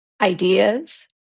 ideas